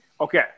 Okay